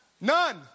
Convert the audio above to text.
None